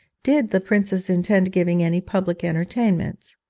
did the princess intend giving any public entertainments?